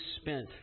spent